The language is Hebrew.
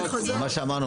מה שאמרנו,